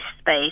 space